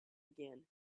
again